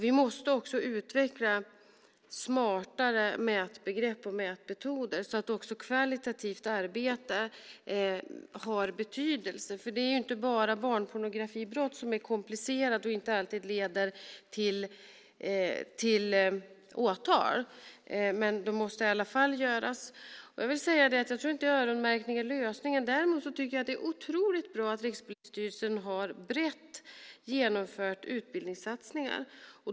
Vi måste också utveckla smartare mätbegrepp och mätmetoder så att också kvalitativt arbete har betydelse. Det är nämligen inte bara barnpornografibrott som är komplicerade och inte alltid leder till åtal. Utredningarna måste dock göras, men jag tror inte att öronmärkning är lösningen. Däremot tycker jag att det är otroligt bra att Rikspolisstyrelsen har genomfört breda utbildningssatsningar.